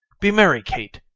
be merry, kate.